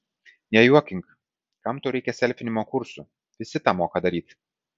nejuokink kam tau reikia selfinimo kursų visi tą moka daryt